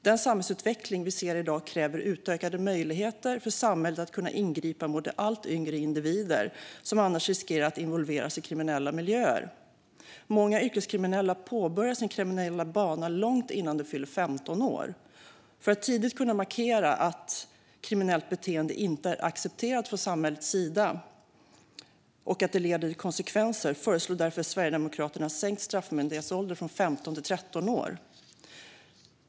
Den samhällsutveckling vi ser i dag kräver utökade möjligheter för samhället att ingripa mot de allt yngre individer som annars riskerar att involveras i kriminella miljöer. Många yrkeskriminella påbörjar sin kriminella bana långt innan de fyller 15 år. För att tidigt markera att kriminellt beteende inte är accepterat från samhällets sida och att det får konsekvenser föreslår Sverigedemokraterna sänkt straffmyndighetsålder från 15 till 13 år.